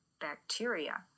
bacteria